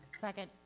Second